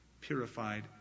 purified